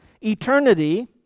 Eternity